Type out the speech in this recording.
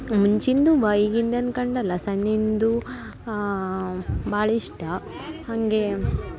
ಮುಂಚಿಂದುವಾ ಈಗಿಂದ ಅನ್ಕಂಡು ಅಲ್ಲ ಸಣ್ಣಿಂದು ಭಾಳ ಇಷ್ಟ ಹಾಗೆ